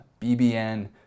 BBN